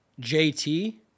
JT